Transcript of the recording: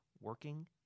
Working